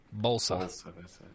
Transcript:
Bolsa